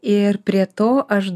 ir prie to aš